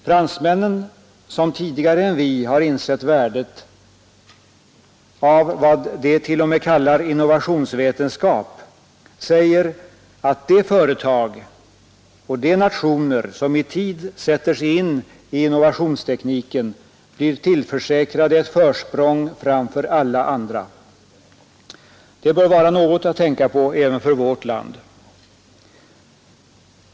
Fransmännen, som tidigare än vi har insett värdet av vad de t.o.m. kallar innovationsvetenskap, säger att de företag och de nationer som i tid sätter sig in i innovationstekniken blir tillförsäkrade ett försprång framför alla andra. Det bör vara något att tänka på även för oss i Sverige.